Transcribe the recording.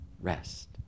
rest